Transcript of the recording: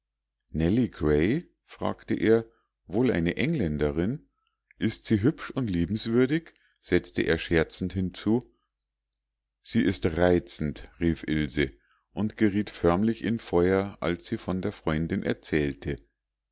fragte er wohl eine engländerin ist sie hübsch und liebenswürdig setzte er scherzend hinzu sie ist reizend rief ilse und geriet förmlich in feuer als sie von der freundin erzählte